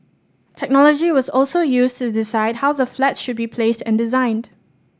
technology was also used to decide how the flats should be placed and designed